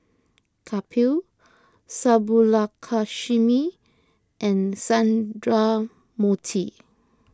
Kapil Subbulakshmi and Sundramoorthy